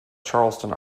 charleston